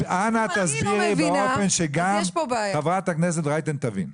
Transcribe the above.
אנא תסבירי באופן שגם חברת הכנסת רייטן תבין.